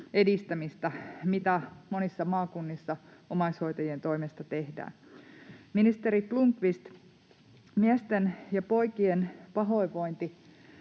edistämistä, mitä monissa maakunnissa omaishoitajien toimesta tehdään? Ministeri Blomqvist, miesten ja poikien pahoinvointi